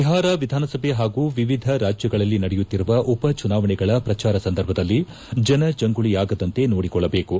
ಬಿಹಾರ ವಿಧಾನಸಭೆ ಹಾಗೂ ವಿವಿಧ ರಾಜ್ಯಗಳಲ್ಲಿ ನಡೆಯುತ್ತಿರುವ ಉಪ ಚುನಾವಣೆಗಳ ಪ್ರಚಾರ ಸಂದರ್ಭದಲ್ಲಿ ಜನಜಂಗುಳಿಯಾಗದಂತೆ ನೋಡಿಕೊಳ್ಳಬೇಕು